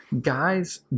Guys